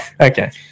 Okay